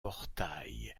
portail